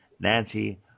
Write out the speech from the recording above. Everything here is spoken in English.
Nancy